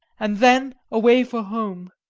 and then away for home!